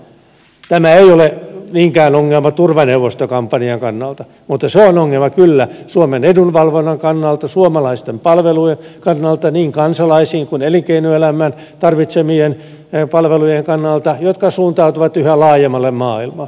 tämä ei ole ongelma niinkään turvaneuvostokampanjan kannalta mutta se on ongelma kyllä suomen edunvalvonnan kannalta suomalaisten palvelujen kannalta niin kansalaisten kuin elinkeinoelämänkin tarvitsemien palvelujen kannalta jotka suuntautuvat yhä laajemmalle maailmaan